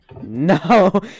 No